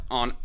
on